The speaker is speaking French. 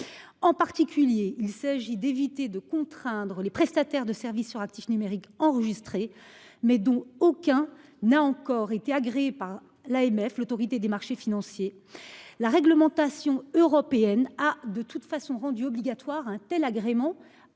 En particulier, il s'agit d'éviter de contraindre les prestataires de services actifs numériques enregistré mais dont aucun n'a encore été agréée par l'AMF. L'Autorité des marchés financiers. La réglementation européenne. Ah de toute façon rendu obligatoire un tel agréments